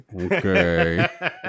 okay